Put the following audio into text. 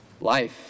Life